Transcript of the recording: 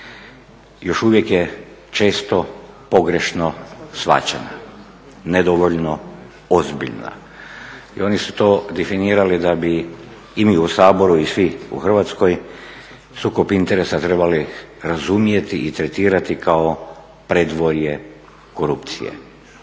još uvijek je često pogrešno shvaćena, nedovoljno ozbiljna i oni su to definirali da bi i mi u Saboru i svi u Hrvatskoj sukob interesa trebali razumjeti i tretirati kao predvorje korupcije.